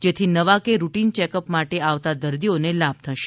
જેથી નવા કે રૂટીન ચેકઅપ માટે આવતા દર્દીઓને લાભ થશે